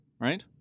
right